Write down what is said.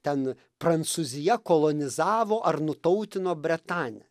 ten prancūzija kolonizavo ar nutautino bretanę